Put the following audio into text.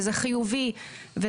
וזה חיובי.